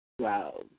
wow